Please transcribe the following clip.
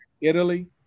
Italy